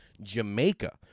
Jamaica